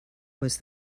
was